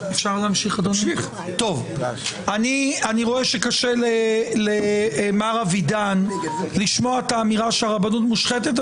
אני רואה שקשה למר אבידן לשמוע את האמירה שהרבנות מושחתת.